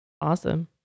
Awesome